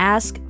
Ask